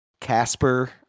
Casper